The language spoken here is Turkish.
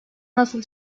nasıl